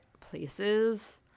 places